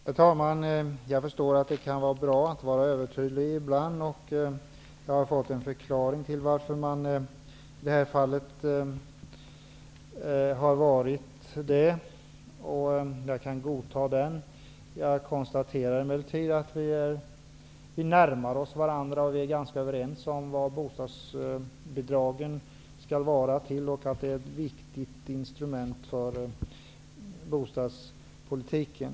Herr talman! Jag förstår att det kan vara bra att vara övertydlig ibland. Jag har fått en förklaring till varför man i det här fallet är det, och jag kan godta den. Jag konstaterar emellertid att vi närmar oss varandra. Vi är ganska överens om vad bostadsbidragen skall vara till för och om att det utgör ett viktigt instrument i bostadspolitiken.